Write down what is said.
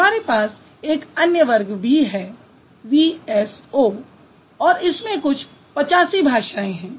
हमारे पास एक अन्य वर्ग भी है VSO और इसमें कुछ 85 भाषाएँ हैं